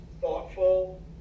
thoughtful